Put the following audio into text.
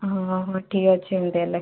ହଁ ହଁ ଠିକ୍ ଅଛି ଏମିତି ହେଲେ